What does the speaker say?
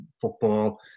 Football